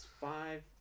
five